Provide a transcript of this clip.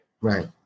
Right